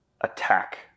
attack